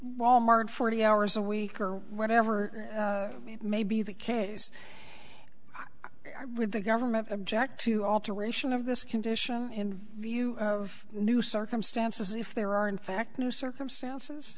wal mart forty hours a week or whatever it may be the case i would the government object to alteration of this condition in view of new circumstances if there are in fact new circumstances